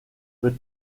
peut